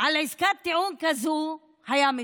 על עסקת טיעון כזאת היה מתפטר.